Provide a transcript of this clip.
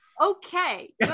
Okay